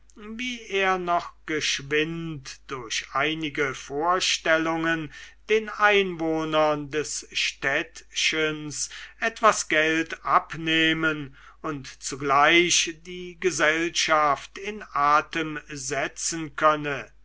wie er noch geschwind durch einige vorstellungen den einwohnern des städtchens etwas geld abnehmen und zugleich die gesellschaft in atem setzen könne